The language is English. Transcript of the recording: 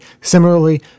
Similarly